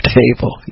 table